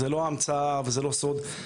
זו לא המצאה וזה לא סוף.